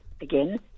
again